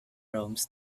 rooms